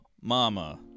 mama